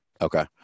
Okay